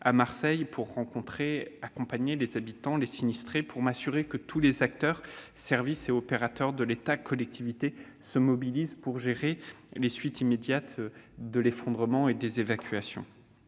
à Marseille pour rencontrer les habitants et accompagner les sinistrés, et pour m'assurer que tous les acteurs, services et opérateurs de l'État, collectivités, se mobilisent pour gérer les suites immédiates de l'effondrement des immeubles